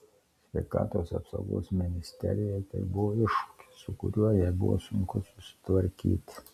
sveikatos apsaugos ministerijai tai buvo iššūkis su kuriuo jai buvo sunku susitvarkyti